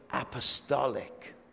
apostolic